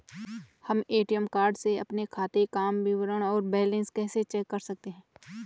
हम ATM card से अपने खाते काम विवरण और बैलेंस कैसे चेक कर सकते हैं?